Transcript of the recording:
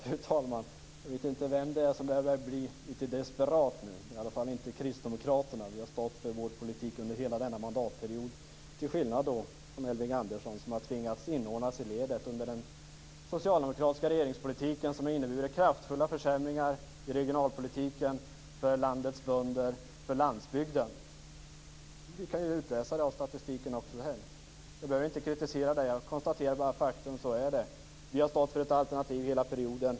Fru talman! Jag vet inte vem det är som börjar bli litet desperat nu. Det är i alla fall inte kristdemokraterna. Vi har stått för vår politik under hela denna mandatperiod - till skillnad från Elving Andersson, som har tvingats inordna sig i ledet under den socialdemokratiska regeringspolitiken. Den har inneburit kraftfulla försämringar i regionalpolitiken, för landets bönder och för landsbygden. Det kan vi ju utläsa av statistiken. Jag behöver inte kritisera detta. Jag konstatera bara fakta. Så är det. Vi har stått för ett alternativ hela perioden.